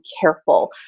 careful